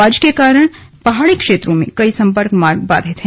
बारिश के कारण पहाड़ी क्षेत्रों में कई संपर्क मार्ग बाधित हैं